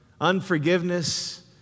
Unforgiveness